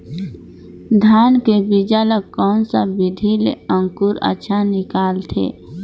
धान के बीजा ला कोन सा विधि ले अंकुर अच्छा निकलथे?